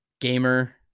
gamer